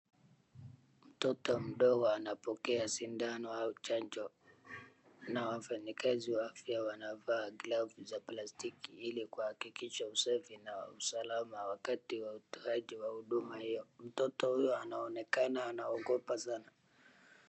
Mtoto mdogo anapokea sindano au chanjo na wafanyikazi wa afya wanavaa glavu za palstiki ili kuhakikisha usafi na usalama wakati wa utoaji wa huduma hiyo. Mtoto huyo anaonekana anaogopa sana.